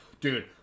Dude